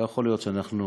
לא יכול להיות שאנחנו